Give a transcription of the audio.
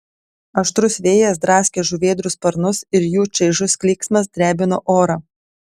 aštrus vėjas draskė žuvėdrų sparnus ir jų čaižus klyksmas drebino orą